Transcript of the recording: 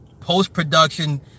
post-production